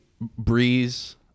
Breeze